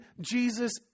Jesus